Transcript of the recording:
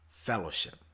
fellowship